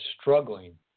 struggling